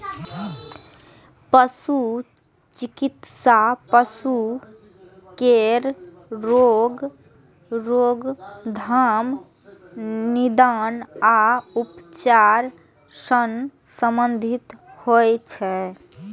पशु चिकित्सा पशु केर रोगक रोकथाम, निदान आ उपचार सं संबंधित होइ छै